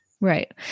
Right